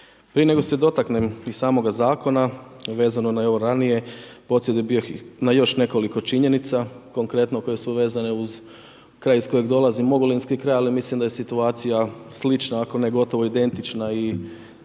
Prije, nego se dotaknem i samoga zakona vezano i na ovo ranije …/nerazumljivo/… je bio na još nekoliko činjenica konkretno koje su vezane uz kraj iz kojeg dolazim, ogulinski kraj, ali mislim da je situacija slična ako ne gotovo identična i